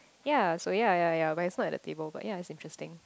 ya so ya ya ya but he's not at the table but ya it's interesting